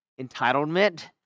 entitlement